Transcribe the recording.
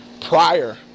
prior